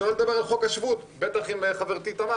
שלא לדבר על חוק השבות בטח אם חברתי תמר